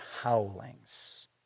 howlings